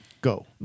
Go